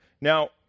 Now